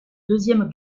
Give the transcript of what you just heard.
deuxième